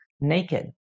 naked